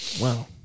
Wow